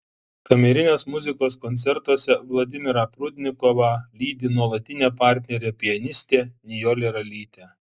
kamerinės muzikos koncertuose vladimirą prudnikovą lydi nuolatinė partnerė pianistė nijolė ralytė